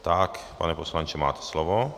Tak, pane poslanče, máte slovo.